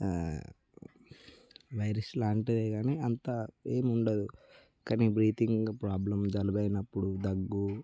virus లాంటిదే గానీ అంత ఏం ఉండదు కానీ బ్రీతింగ్ ప్రాబ్లమ్ జలుబయినప్పుడు దగ్గూ